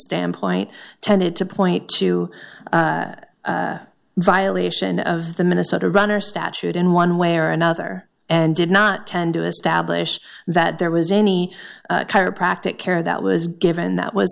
standpoint tended to point to violation of the minnesota runner statute in one way or another and did not tend to establish that there was any chiropractic care that was given that was